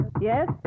Yes